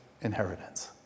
inheritance